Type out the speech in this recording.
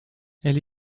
elle